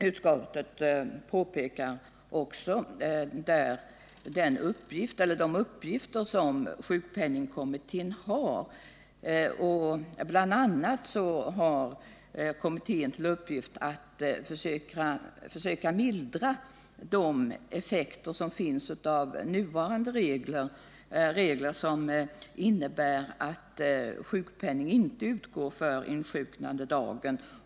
Utskottet pekar också på de uppgifter som sjukpenningkommittén har. Bl. a. skall den försöka mildra de effekter i de nuvarande reglerna som innebär att sjukpenning inte utgår för insjuknandedagen.